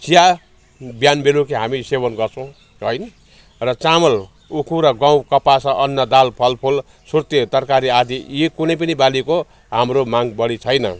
चिया बिहान बेलुकी हामी सेवन गर्छौँ र होइन र चामल उखु र गहुँ कपास अन्न दाल फलफुल सुर्ती तरकारी आदि यी कुनै पनि बालीको हाम्रो माग बढी छैन